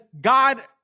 God